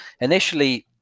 initially